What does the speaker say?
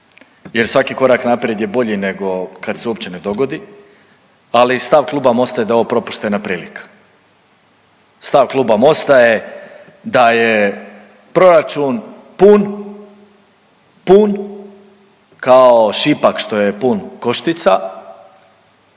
jer svaki korak naprijed je bolji nego kad se uopće ne dogodi, ali stav Kluba Mosta je da je ovo propuštena prilika. Stav Kluba Mosta je da je proračun pun, pun kao šipak što je pun koštica,